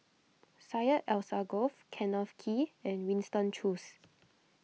Syed Alsagoff Kenneth Kee and Winston Choos